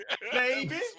baby